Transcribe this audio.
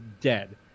dead